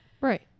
right